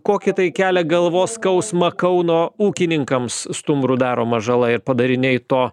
kokį tai kelia galvos skausmą kauno ūkininkams stumbrų daroma žala ir padariniai to